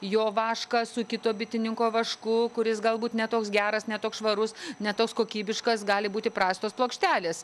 jo vašką su kito bitininko vašku kuris galbūt ne toks geras ne toks švarus ne toks kokybiškas gali būti prastos plokštelės